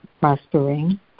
prospering